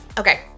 Okay